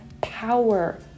power